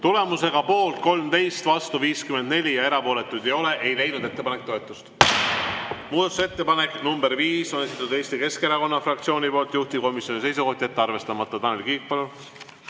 Tulemusega poolt 13, vastu 54 ja erapooletuid ei ole, ei leidnud ettepanek toetust. Muudatusettepaneku nr 5 on esitanud Eesti Keskerakonna fraktsioon. Juhtivkomisjoni seisukoht on jätta arvestamata. Tanel Kiik, palun!